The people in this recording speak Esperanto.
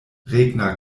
regna